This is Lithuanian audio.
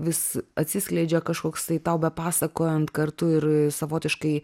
vis atsiskleidžia kažkoks tai tau bepasakojant kartu ir savotiškai